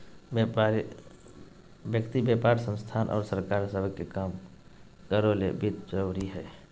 व्यक्ति व्यापार संस्थान और सरकार सब के काम करो ले वित्त जरूरी हइ